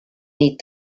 nit